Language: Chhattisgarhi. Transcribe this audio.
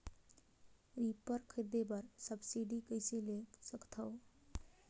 रीपर खरीदे बर सब्सिडी कइसे ले सकथव?